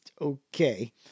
okay